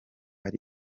ari